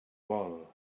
vol